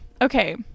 okay